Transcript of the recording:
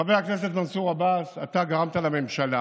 חבר הכנסת מנסור עבאס, אתה גרמת לממשלה